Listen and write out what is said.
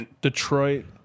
Detroit